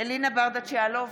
אלינה ברדץ' יאלוב,